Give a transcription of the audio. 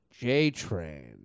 JTRAIN